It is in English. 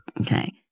Okay